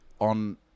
on